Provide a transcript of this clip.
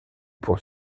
pour